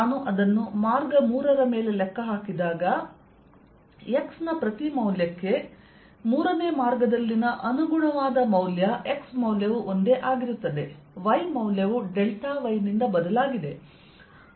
ನಾನು ಅದನ್ನು ಮಾರ್ಗ 3 ರ ಮೇಲೆ ಲೆಕ್ಕ ಹಾಕಿದಾಗ x ನ ಪ್ರತಿ ಮೌಲ್ಯಕ್ಕೆ 3 ನೇ ಮಾರ್ಗದಲ್ಲಿನ ಅನುಗುಣವಾದ ಮೌಲ್ಯ x ಮೌಲ್ಯವು ಒಂದೇ ಆಗಿರುತ್ತದೆ y ಮೌಲ್ಯವು ಡೆಲ್ಟಾ y ನಿಂದ ಬದಲಾಗಿದೆ